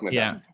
but yeah,